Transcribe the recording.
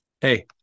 Hey